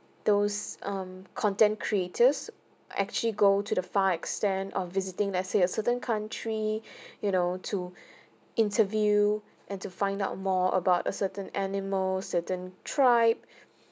those um content creators actually go to the far extent of visiting let's say a certain country you know to interview and to find out more about a certain animals certain tribe